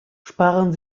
sparen